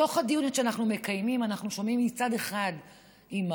בדיונים שאנחנו מקיימים אנחנו שומעים מצד אחד אימהות,